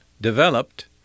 developed